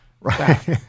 Right